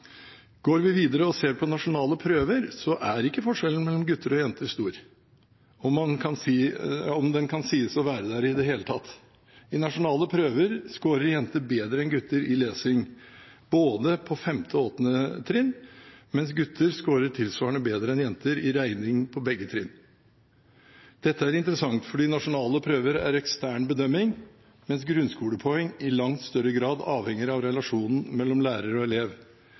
Går vi videre og ser på nasjonale prøver, er ikke forskjellen mellom gutter og jenter stor, om den kan sies å være der i det hele tatt. I nasjonale prøver scorer jenter bedre enn gutter i lesing, både på 5. og på 8. trinn, mens gutter scorer tilsvarende bedre enn jenter i regning på begge trinn. Dette er interessant, fordi nasjonale prøver er ekstern bedømming, mens grunnskolepoeng i langt større grad avhenger av relasjonen mellom lærer og elev.